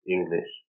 English